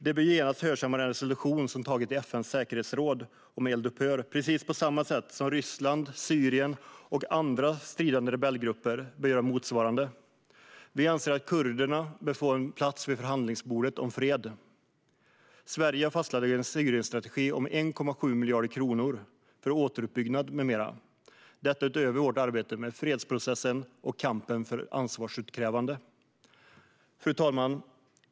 De bör genast hörsamma den resolution om eldupphör som har antagits i FN:s säkerhetsråd, på samma sätt som Ryssland, Syrien och stridande rebellgrupper bör göra. Vi anser även att kurderna bör få en plats vid bordet i förhandlingarna om fred. Utöver vårt arbete med fredsprocessen och kampen för ansvarsutkrävande har Sverige fastslagit en Syrienstrategi som omfattar 1,7 miljarder kronor för återuppbyggnad med mera. Fru talman!